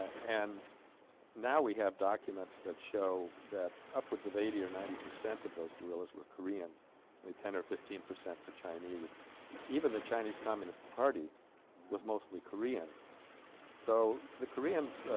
and now we have documents that show that upwards of eighty or ninety percent of those guerrillas were koreans only ten or fifteen percent chinese even the chinese communist party was mostly korean so the koreans ah.